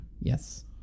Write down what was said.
Yes